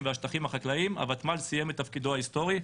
והשטחים החקלאיים הוותמ"ל סיימה את תפקידה ההיסטורי,